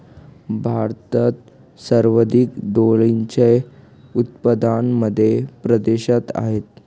भारतात सर्वाधिक डाळींचे उत्पादन मध्य प्रदेशात आहेत